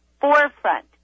forefront